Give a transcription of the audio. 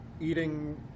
eating